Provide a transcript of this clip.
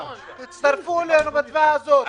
תצטרפו אלינו בתביעה הזאת,